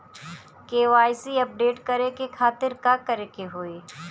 KYC update करे के खातिर का करे के होई?